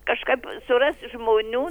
kažkaip surast žmonių